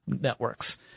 networks